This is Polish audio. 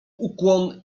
ukłon